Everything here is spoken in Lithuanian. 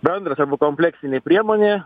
bendras arba kompleksinė priemonė